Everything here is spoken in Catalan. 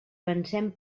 pensem